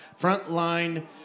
Frontline